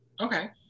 Okay